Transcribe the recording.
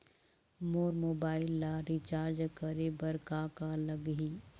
मोर mobile ला recharge करे बर का का लगही?